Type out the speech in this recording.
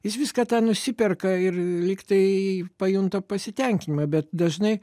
jis viską tą nusiperka ir lyg tai pajunta pasitenkinimą bet dažnai